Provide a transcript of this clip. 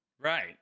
Right